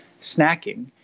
snacking